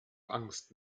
angst